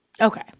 Okay